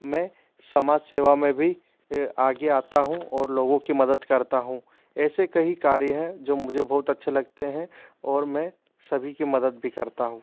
मै समाज सेवा में भी आगे आता हूँ और लोगों की मदद करता हूँ ऐसे कई कार्य है जो मुझे बहुत अच्छे लगते है और मैं सभी की मदद भी करता हूँ